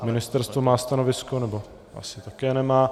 Ministerstvo má stanovisko... nebo asi také nemá.